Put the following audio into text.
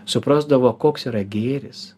suprasdavo koks yra gėris